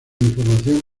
información